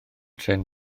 trên